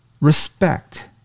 respect